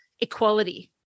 equality